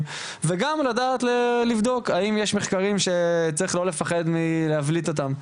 וגם לדעת לבדוק האם יש מחקרים שצריך לא לפחד מלהבליט אותם.